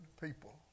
people